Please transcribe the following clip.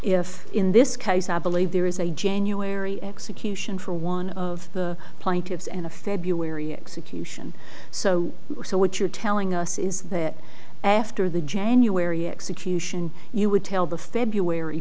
if in this case i believe there is a january execution for one of the plaintiffs and a february execution so what you're telling us is that after the january execution you would tell the february